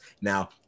Now